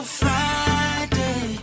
friday